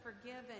forgiven